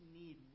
need